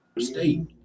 state